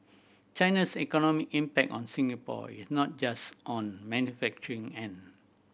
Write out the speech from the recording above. China's economic impact on Singapore is not just on manufacturing end